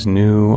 new